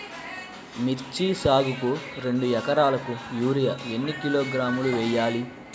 మిర్చి సాగుకు రెండు ఏకరాలకు యూరియా ఏన్ని కిలోగ్రాములు వేయాలి?